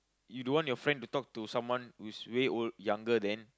you don't want your friend to talk to someone who is way old~ younger than